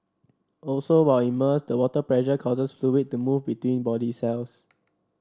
also while immersed the water pressure causes fluid to move between body cells